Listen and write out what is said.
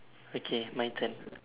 okay my turn